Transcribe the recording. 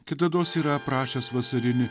kitados yra aprašęs vasarinį